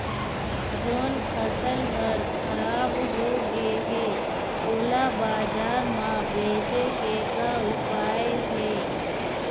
जोन फसल हर खराब हो गे हे, ओला बाजार म बेचे के का ऊपाय हे?